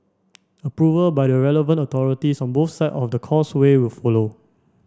approval by the relevant authorities on both side of the Causeway will follow